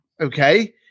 okay